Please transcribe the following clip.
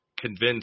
convinced